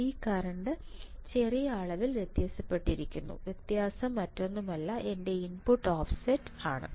ഈ കറന്റ് ചെറിയ അളവിൽ വ്യത്യാസപ്പെട്ടിരിക്കുന്നു വ്യത്യാസം മറ്റൊന്നുമല്ല എൻറെ ഇൻപുട്ട് ഓഫ്സെറ്റ് ആണ്